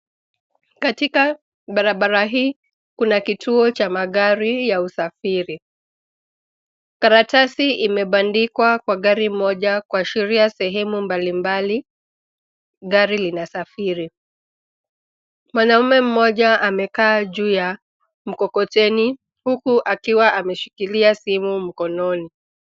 Katika barabara hii, kuna kituo cha magari ya usafiri. Karatasi imebandikwa kwa gari moja kwa kuashiria sehemu mbalimbali gari linasafiri, mwanaume moja amekaa juu ya mkokoteni huku akiwa ameshikilia simu mkononi.